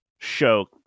show